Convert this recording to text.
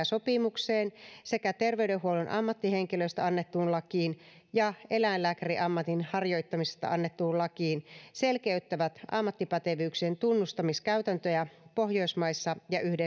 sopimukseen sekä terveydenhuollon ammattihenkilöistä annettuun lakiin ja eläinlääkäriammatin harjoittamisesta annettuun lakiin selkeyttävät ammattipätevyyksien tunnustamiskäytäntöjä pohjoismaissa ja